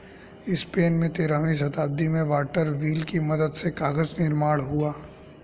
Spain में तेरहवीं शताब्दी में वाटर व्हील की मदद से कागज निर्माण हुआ